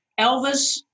Elvis